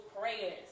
prayers